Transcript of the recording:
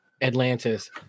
atlantis